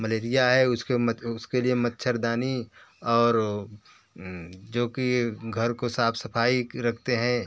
malaria है उसके मत उसके लिए मच्छरदानी और जो कि घर को साफ़ सफ़ाई रखते हैं